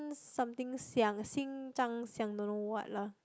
something Xiang-xing-zhang-xiang don't know what lah